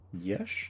Yes